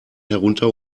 herunter